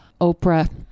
Oprah